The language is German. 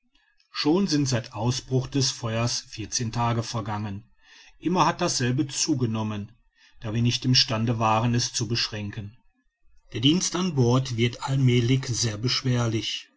schon sind seit ausbruch des feuers vierzehn tage vergangen immer hat dasselbe zugenommen da wir nicht im stande waren es zu beschränken der dienst an bord wird allmälig sehr beschwerlich